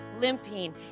limping